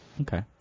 Okay